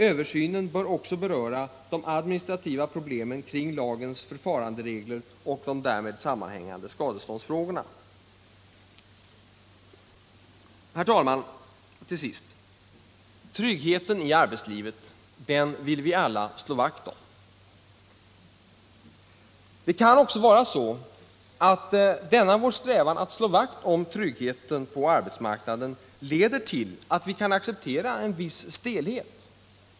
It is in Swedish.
Översynen bör också beröra de administrativa problemen kring lagens förfaranderegler och de därmed sammanhängade skadeståndsfrågorna.” Herr talman! Tryggheten i arbetslivet vill vi alla slå vakt om. Det kan också vara så att denna vår strävan att slå vakt om tryggheten på arbetsmarknaden leder till att vi kan acceptera en viss stelhet.